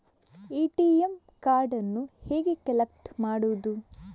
ATM ಕಾರ್ಡನ್ನು ಹೇಗೆ collect ಮಾಡುವುದು?